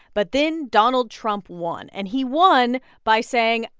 but then donald trump won. and he won by saying,